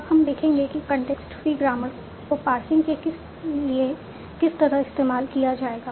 अब हम देखेंगे कि context free ग्रामर को पार्सिंग के लिए किस तरह इस्तेमाल किया जाएगा